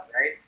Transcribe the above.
right